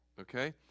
Okay